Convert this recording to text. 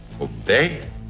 Obey